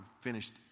finished